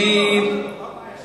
מה הבעיה שלך,